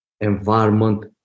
environment